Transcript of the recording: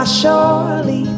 surely